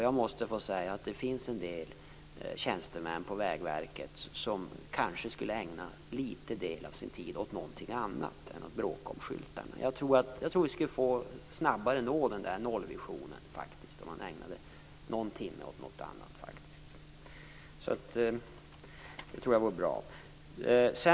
Jag måste säga att det finns en del tjänstemän på Vägverket som kanske skulle ägna litet av sin tid åt någonting annat än att bråka om skyltarna. Jag tror faktiskt att vi skulle nå nollvisionen snabbare om man ägnade någon timme åt någonting annat. Det tror jag vore bra.